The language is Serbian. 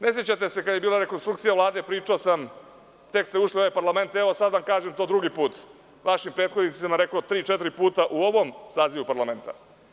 Ne sećate se kada je bila rekonstrukcija Vlade, pričao sam, tek ste ušli u ovaj parlament, sada vam kažem drugi put, vašim prethodnicima sam rekao 3-4 puta u ovom sazivu parlamenta.